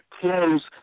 close